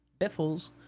Biffles